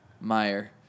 Meyer